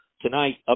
tonight